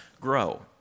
grow